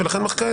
שמחה, יאללה.